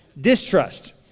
distrust